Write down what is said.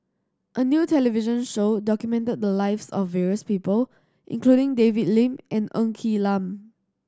a new television show documented the lives of various people including David Lim and Ng Quee Lam